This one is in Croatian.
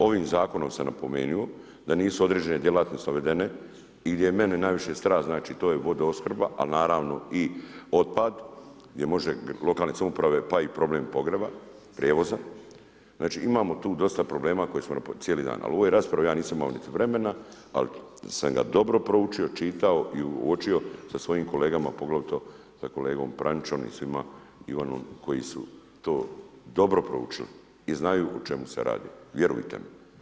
Ovim zakonom sam napomenuo da nisu određene djelatnosti navedene i gdje je mene najviše strah znači to je vodoopskrba a naravno i otpad gdje može lokalne samouprave pa i problem pogreba, prijevoza, znači imamo tu dosta problema koje smo raspravljali cijeli dan, ali u ovoj raspravi ja nisam imao niti vremena ali sam ga dobro proučio, čitao i uočio sa svojim kolegama poglavito sa kolegom Pranjićem i svima onima koji su to dobro proučili i znaju o čemu se radi, vjerujte mi.